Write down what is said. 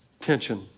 Tension